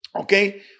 okay